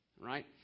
Right